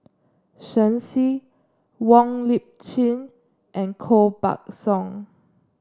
Shen Xi Wong Lip Chin and Koh Buck Song